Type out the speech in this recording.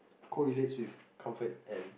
correlates with comfort and